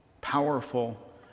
powerful